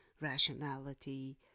rationality